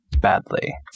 badly